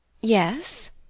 Yes